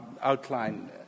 outline